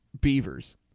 Beavers